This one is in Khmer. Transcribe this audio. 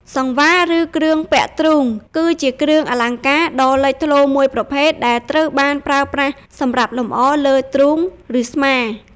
សង្វារ ឬ គ្រឿងពាក់ទ្រូង គឺជាគ្រឿងអលង្ការដ៏លេចធ្លោមួយប្រភេទ ដែលត្រូវបានប្រើប្រាស់សម្រាប់លម្អនៅលើ ទ្រូង ឬស្មា។